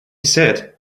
said